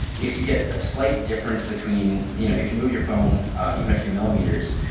if you get a slight difference between you know if you move your phone even a few millimeters,